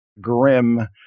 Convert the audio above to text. grim